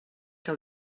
que